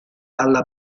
alla